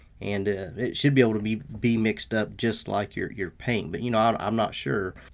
and it should be able to be be mixed up just like your your paint. but you know i'm not sure.